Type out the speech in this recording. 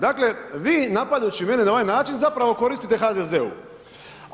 Dakle, vi napadajući mene na ovaj način zapravo koristite HDZ-u.